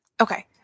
Okay